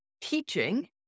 teaching